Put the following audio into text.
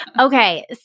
Okay